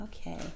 Okay